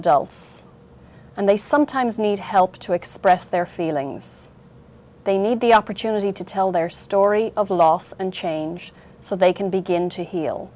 adults and they sometimes need help to express their feelings they need the opportunity to tell their story of loss and change so they can begin to heal